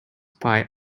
pie